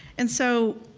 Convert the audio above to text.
and so,